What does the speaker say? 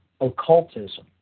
occultism